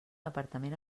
apartament